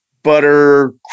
butter